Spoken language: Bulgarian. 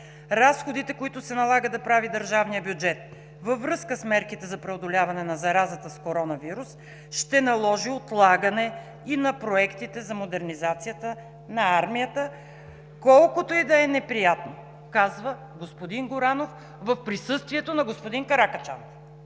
разходите, които се налага да прави държавният бюджет във връзка с мерките за преодоляване на заразата с коронавирус, ще наложат отлагане и на проектите за модернизацията на армията, колкото и да е неприятно – казва господин Горанов в присъствието на господин Каракачанов.